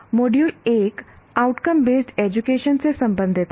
module 1 outcome based education से संबंधित है